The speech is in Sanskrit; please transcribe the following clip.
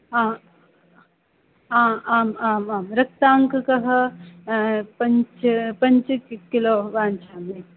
आम् आम् आम् आं रक्ताङ्ककः पञ्च पञ्च किलो वाञ्चामि